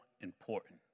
important